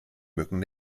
mücken